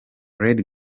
lady